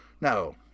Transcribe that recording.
no